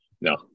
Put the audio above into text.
No